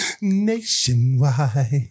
nationwide